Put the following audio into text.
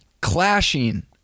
clashing